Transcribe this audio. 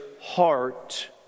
heart